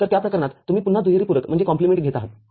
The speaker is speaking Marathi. तर त्या प्रकरणात तुम्ही पुन्हा दुहेरी पूरक घेत आहात